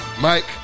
Mike